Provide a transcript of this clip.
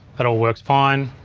that all worked fine,